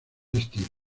estilos